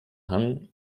hang